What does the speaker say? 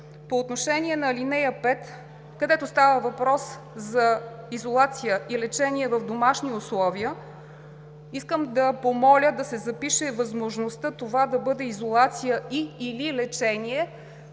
По отношение на ал. 5, където става въпрос за изолация и лечение в домашни условия, искам да помоля да се запише възможността това да бъде „изолация и/или лечение“,